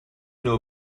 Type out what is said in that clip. know